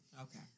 Okay